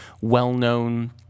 well-known